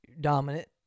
dominant